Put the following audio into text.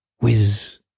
Whiz